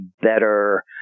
better